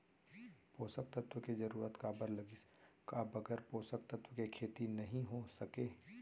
पोसक तत्व के जरूरत काबर लगिस, का बगैर पोसक तत्व के खेती नही हो सके?